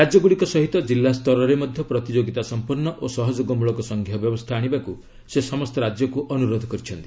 ରାଜ୍ୟଗୁଡ଼ିକ ସହିତ ଜିଲ୍ଲାସ୍ତରରେ ମଧ୍ୟ ପ୍ରତିଯୋଗିତା ସମ୍ପନ୍ନ ଓ ସହଯୋଗ ମୂଳକ ସଂଘୀୟ ବ୍ୟବସ୍ଥା ଆଣିବାକୁ ସେ ସମସ୍ତ ରାଜ୍ୟକୁ ଅନୁରୋଧ କରିଛନ୍ତି